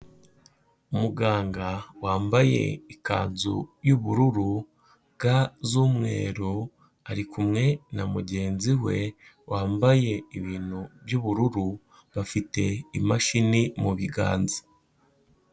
Muganga wambaye ikanzu y'ubururu, ga z'umweru ari kumwe na mugenzi we wambaye ibintu by'ubururu bafite imashini mu biganza.